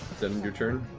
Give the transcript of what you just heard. that end your turn?